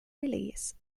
release